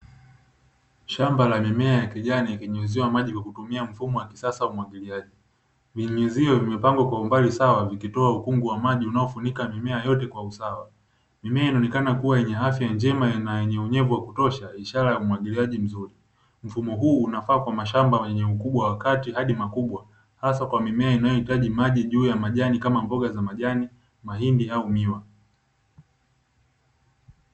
Shamba la mimea ya kijani ukinyunyiziwa maji kwa kutumia mfumo wa kisasa wa umwagiliaji. Vinyuzio vimepangwa kwa umbali sawa vikitua ukungu wa maji unaofunika mimea yote kwa usawa. Mimea inaonekana kuwa na afya njema na yenye unyevu wa kutosha, ishara ya umwagiliaji mzuri. Mfumo huu unafaa kwa mashamba yenye ukubwa wa kati hadi makubwa, hasa kwa mimea inayohitaji maji juu ya majani kama mboga za majani, mahindi au miwa.